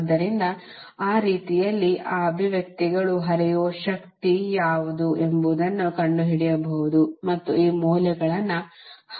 ಆದ್ದರಿಂದ ಆ ರೀತಿಯಲ್ಲಿ ಆ ಅಭಿವ್ಯಕ್ತಿಗಳು ಹರಿಯುವ ಶಕ್ತಿ ಯಾವುದು ಎಂಬುದನ್ನು ಕಂಡುಹಿಡಿಯಬಹುದು ಮತ್ತು ಆ ಮೌಲ್ಯಗಳನ್ನು ಹಾಕಬಹುದು